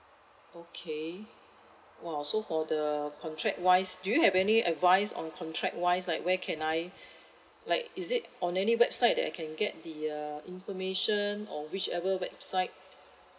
okay !wow! so for the contract wise do you have any advice on contract wise like where can I like is it on any website that I can get the err information or whichever website